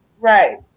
Right